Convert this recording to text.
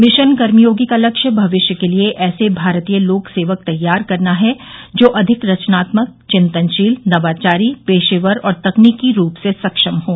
mission Karmayogi का लक्ष्य भविष्य के लिए ऐसे भारतीय लोक सेवक तैयार करनाहै जो अधिक रचनात्मक चिंतनशील नवाचारी पेशेवर और तकनीकी रूप से सक्षम हों